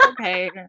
Okay